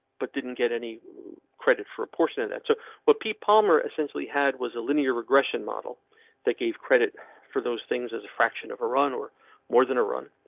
but didn't get any credit for a portion of that. so what pete palmer essentially had was a linear regression model that gave credit for those things as a fraction of iran, or more than a run,